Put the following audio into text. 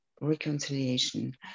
reconciliation